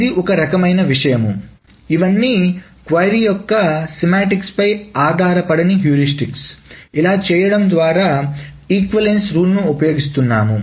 ఇది ఒక రకమైన విషయం ఇవన్నీ క్వరీ యొక్క సెమాంటిక్స్ పై ఆధారపడని హ్యూరిస్టిక్స్ ఇలా చేయడం ద్వారా సమాన నియమాలను ఉపయోగిస్తున్నాము